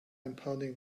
impounding